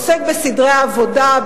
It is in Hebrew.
עוסק בסדרי העבודה,